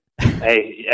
Hey